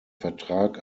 vertrag